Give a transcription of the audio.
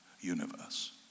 universe